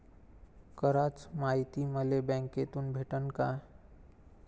कराच मायती मले बँकेतून भेटन का?